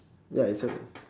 ya it's your turn